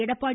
Edappadi